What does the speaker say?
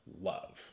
love